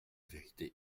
vérité